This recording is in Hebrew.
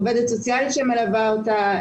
עובדת סוציאלית שמלווה אותה,